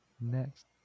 Next